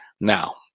Now